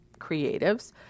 creatives